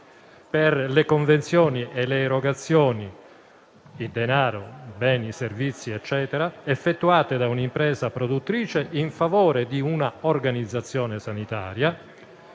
per le convenzioni e le erogazioni di denaro, beni, servizi, effettuate da un'impresa produttrice in favore di una organizzazione sanitaria;